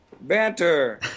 Banter